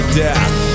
death